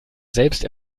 selbst